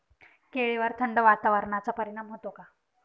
केळीवर थंड वातावरणाचा परिणाम होतो का?